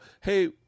hey